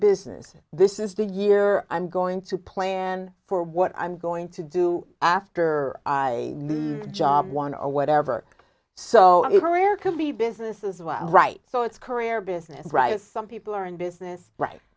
business this is the year i'm going to plan for what i'm going to do after i job one or whatever so prayer can be business as well right so it's career business right as some people are in business right